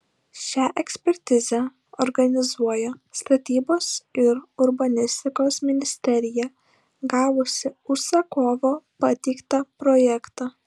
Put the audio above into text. šią ekspertizę organizuoja statybos ir urbanistikos ministerija gavusi užsakovo pateiktą projektą